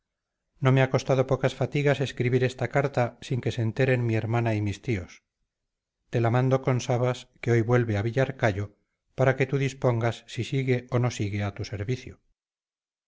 no me a costado pocas fatigas escribir esta carta sin que se enteren mi ermana y mis tíos te la mando con sabas que oy vuelve a villarcayo para que tú dispongas si sigue o no sigue a tu servicio